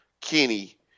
Kenny